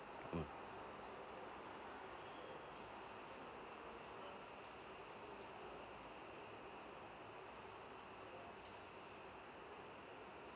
mm